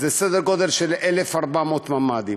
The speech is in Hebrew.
זה סדר גודל של 1,400 ממ"דים,